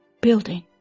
building